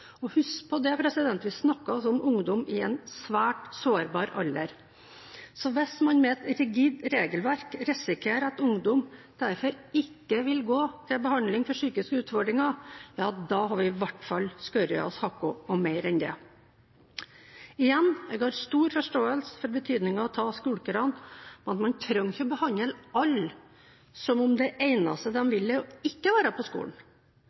skolen. Husk på at vi snakker om ungdom i en svært sårbar alder. Så hvis man med et rigid regelverk risikerer at ungdom ikke vil gå til behandling for psykiske utfordringer, har vi i hvert fall skåret av oss haka og mer enn det. Igjen – jeg har stor forståelse for betydningen av å ta skulkerne, men man trenger ikke å behandle alle som om det eneste de vil, er å ikke være på skolen.